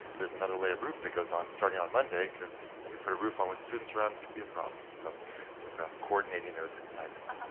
there's another layer of roof that goes on starting on monday because when you put a roof on with students around it, can be a problem. so we're ah coordinating those items.